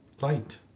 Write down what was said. light